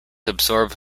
absorb